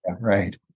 Right